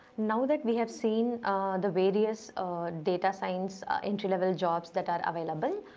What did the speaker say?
now that we have seen the various data science entry level jobs that are available,